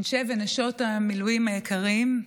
אנשי ונשות המילואים היקרים,